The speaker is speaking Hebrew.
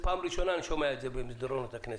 פעם ראשונה אני שומע את זה במסדרונות הכנסת.